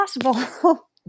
possible